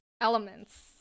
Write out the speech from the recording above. elements